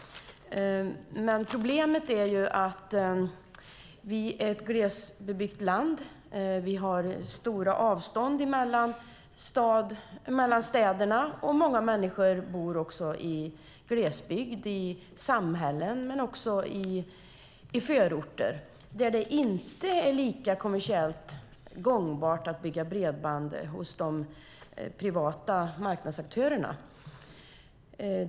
Men problemet är att Sverige är ett glesbebyggt land. Det är stora avstånd mellan städerna. Många människor bor i glesbygd, i samhällen och i förorter där det inte är lika kommersiellt gångbart att bygga bredband för de privata marknadsaktörerna.